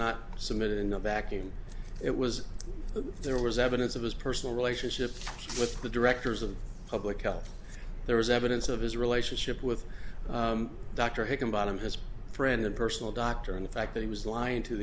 not submitted in the back and it was there was evidence of his personal relationship with the directors of public health there was evidence of his relationship with doctor him bottom his friend a personal doctor and the fact that he was lying to